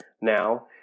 now